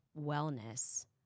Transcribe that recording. wellness